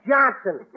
Johnson